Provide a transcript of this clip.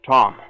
Tom